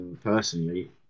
personally